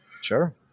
Sure